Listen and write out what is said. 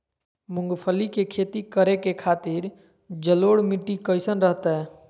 मूंगफली के खेती करें के खातिर जलोढ़ मिट्टी कईसन रहतय?